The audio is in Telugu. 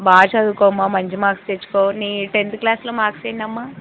బాగా చదువుకోమ్మా మంచి మార్క్స్ తెచ్చుకో నీ టెన్త్ క్లాస్లో మార్క్స్ ఏంటమ్మా